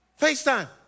FaceTime